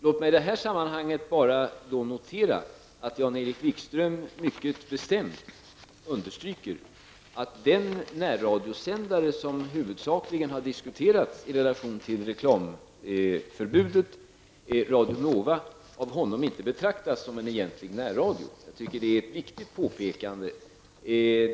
Låt mig i detta sammanhang bara notera att Jan Erik Wikström mycket bestämt understryker att han inte betraktar den närradiosändare som huvudsakligen har diskuterats i relation till reklamförbudet -- Radio Nova -- som en egentlig närradio. Det är ett viktigt påpekande.